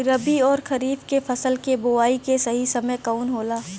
रबी अउर खरीफ के फसल के बोआई के सही समय कवन होला?